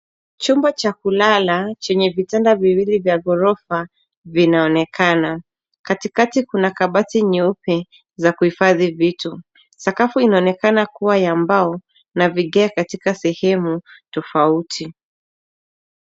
Chumba cha kulala chenye vitanda viwili vya ghorofa vinaonekana. Katikati kuna kabati nyeupe za kuhifadhi vitu. Sakafu inaonekana kuwa ya mbao na vigae katika sehemu tofauti.